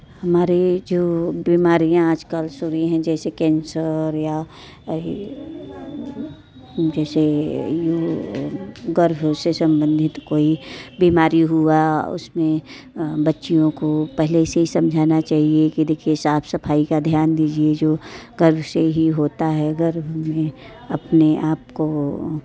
हमारी जो बीमारियाँ आज कल सभी है जैसे कैंसर या जैसे ये गर्ब से संबंधित कोई बीमारी हुई उसमें बच्चियों को पहले से समझना चाहिए कि देखिए साफ़ सफ़ाई का ध्यान दीजिए जो गर्भ से ही होता है गर्भ में अपने आपको